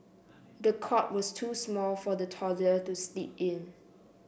the cot was too small for the toddler to sleep in